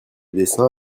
dessin